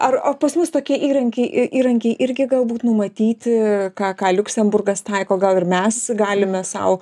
ar o pas mus tokie įrankiai įrankiai irgi galbūt numatyti ką ką liuksemburgas taiko gal ir mes galime sau